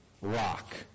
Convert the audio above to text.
rock